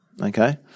Okay